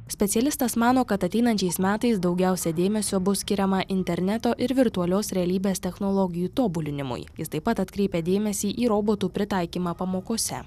specialistas mano kad ateinančiais metais daugiausia dėmesio bus skiriama interneto ir virtualios realybės technologijų tobulinimui jis taip pat atkreipia dėmesį į robotų pritaikymą pamokose